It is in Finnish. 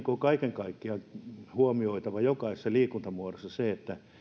kaiken kaikkiaan on huomioitava jokaisessa liikuntamuodossa se että